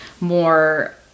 more